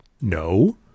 No